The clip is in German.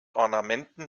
ornamenten